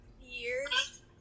years